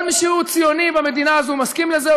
כל מי שהוא ציוני במדינה הזאת מסכים לזה,